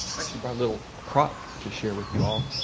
actually brought a little prop to share with you all.